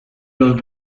los